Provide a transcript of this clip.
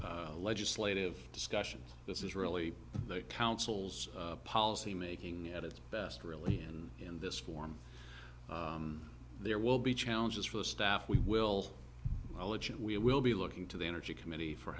classic legislative discussions this is really the council's policy making at its best really and in this form there will be challenges for the staff we will we will be looking to the energy committee for